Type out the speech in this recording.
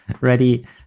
ready